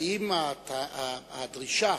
האם הדרישה,